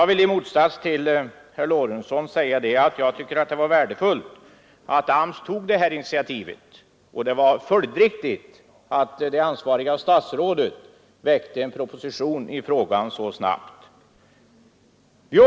I motsats till herr Lorentzon tycker jag att det var värdefullt att AMS tog detta initiativ, och det var följdriktigt att det ansvariga statsrådet lade fram en proposition i frågan så snabbt som skedde.